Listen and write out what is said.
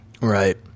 Right